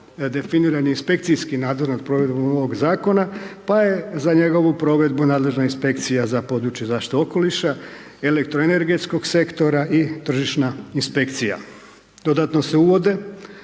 definiran je inspekcijski nadzor nad provedbom ovog zakona, pa je za njegovu provedbu nadležna inspekcija za područje zaštite okoliša, elektroenergetskog sektora i tržišna inspekcija. Dodatno se uvode